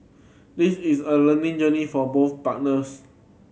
this is a learning journey for both partners